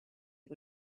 che